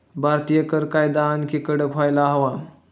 भारतीय कर कायदा आणखी कडक व्हायला हवा